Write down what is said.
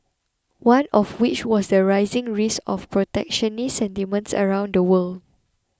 one of which was the rising risk of protectionist sentiments around the world